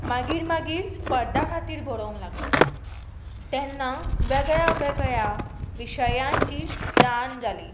मागीर मागीर स्पर्धा खातीर बरोवंक लागलें तेन्ना वेगळ्यावेगळ्या विशयांची जाण जाली